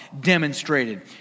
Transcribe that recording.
demonstrated